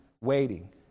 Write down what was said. waiting